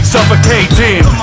Suffocating